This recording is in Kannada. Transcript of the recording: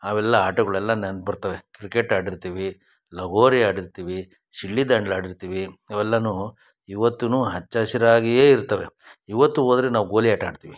ಅವೆಲ್ಲ ಆಟಗಳೆಲ್ಲ ನೆನ್ಪು ಬರ್ತವೆ ಕ್ರಿಕೆಟ್ ಆಡಿರ್ತೀವಿ ಲಗೋರಿ ಆಡಿರ್ತೀವಿ ಚಿನ್ನಿದಾಂಡ್ಗಳು ಆಡಿರ್ತೀವಿ ಇವೆಲ್ಲ ಇವತ್ತು ಹಚ್ಚ ಹಸಿರಾಗಿಯೇ ಇರ್ತದೆ ಇವತ್ತು ಹೋದ್ರು ನಾವು ಗೋಲಿ ಆಟ ಆಡ್ತೀವಿ